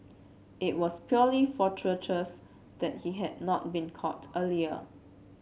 it was purely fortuitous that he had not been caught earlier